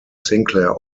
sinclair